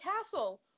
castle